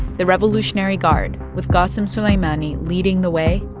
the revolutionary guard, with qassem soleimani leading the way,